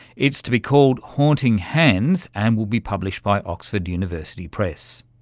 it's to be called haunting hands and will be published by oxford university press.